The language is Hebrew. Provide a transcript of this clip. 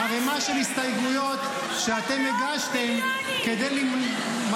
ערימה של הסתייגויות שאתם הגשתם כדי --- זה מאות מיליונים.